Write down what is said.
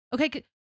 Okay